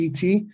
CT